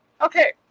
Okay